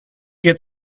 get